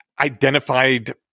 identified